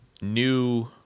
new